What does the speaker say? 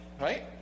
Right